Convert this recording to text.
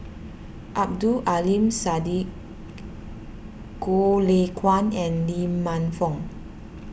Abdul Aleem Siddique Goh Lay Kuan and Lee Man Fong